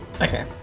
Okay